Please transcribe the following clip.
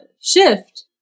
Shift